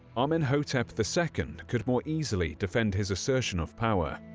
amenhotep the second could more easily defend his assertion of power.